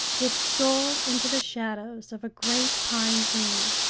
it stole into the shadows of a great pine-tree,